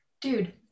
dude